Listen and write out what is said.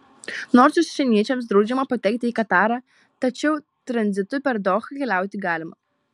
nors užsieniečiams draudžiama patekti į katarą tačiau tranzitu per dohą keliauti galima